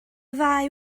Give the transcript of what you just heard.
ddau